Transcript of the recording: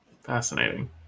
Fascinating